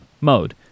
mode